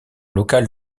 local